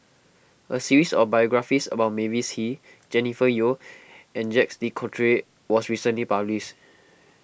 a series of biographies about Mavis Hee Jennifer Yeo and Jacques De Coutre was recently published